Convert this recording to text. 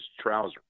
trouser